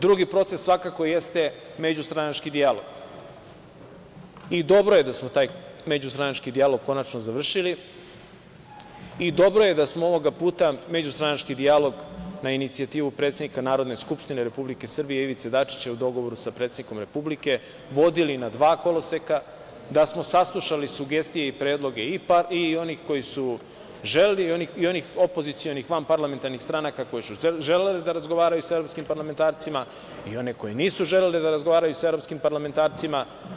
Drugi proces svakako jeste međustranački dijalog i dobro je da smo taj međustranački dijalog konačno završili i dobro je da smo ovoga puta međustranački dijalog, na inicijativu predsednika Narodne skupštine Republike Srbije Ivice Dačića u dogovoru sa predsednikom Republike vodili na dva koloseka, da smo saslušali sugestije i predloge i onih opozicionih vanparlamentarnih stranaka koji su želeli da razgovaraju sa evropskim parlamentarcima i onih koji nisu želeli da razgovaraju sa evropskim parlamentarcima.